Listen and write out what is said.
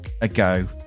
ago